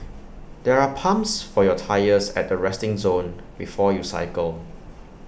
there are pumps for your tyres at the resting zone before you cycle